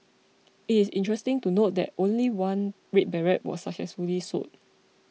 it is interesting to note that only one red beret was successfully sold